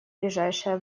ближайшее